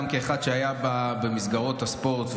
גם כאחד שהיה במסגרות הספורט,